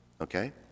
okay